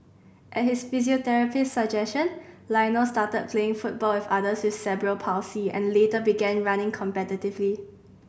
at his physiotherapist's suggestion Lionel started playing football with others with cerebral palsy and later began running competitively